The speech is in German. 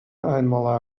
einmal